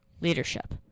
leadership